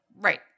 Right